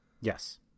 Yes